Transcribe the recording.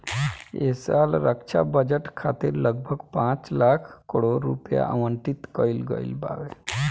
ऐ साल रक्षा बजट खातिर लगभग पाँच लाख करोड़ रुपिया आवंटित कईल गईल बावे